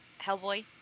Hellboy